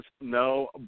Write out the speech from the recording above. No